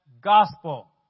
gospel